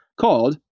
called